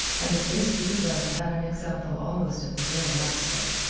and of this peter blood had an example almost at the very outset.